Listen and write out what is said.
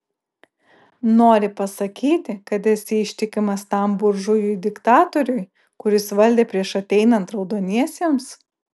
nori pasakyti kad esi ištikimas tam buržujui diktatoriui kuris valdė prieš ateinant raudoniesiems